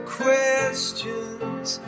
questions